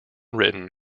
written